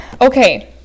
Okay